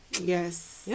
Yes